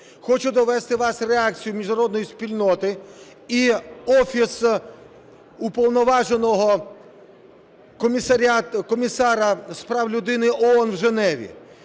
Хочу довести до вас реакцію міжнародної спільноти і Офісу Уповноваженого комісара з прав людини ООН в Женеві,